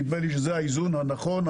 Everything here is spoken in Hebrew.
נדמה לי שזה האיזון הנכון,